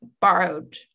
borrowed